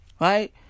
Right